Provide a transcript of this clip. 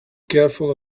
careful